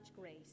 grace